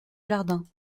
jardins